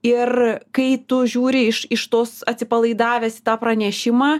ir kai tu žiūri iš iš tos atsipalaidavęs į tą pranešimą